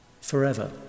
forever